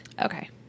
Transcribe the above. Okay